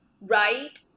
right